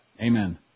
Amen